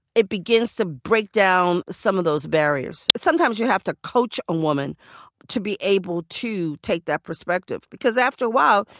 it begins to break down some of those barriers. sometimes you have to coach a woman to be able to take that perspective, because after a while,